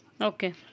Okay